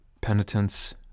Penitence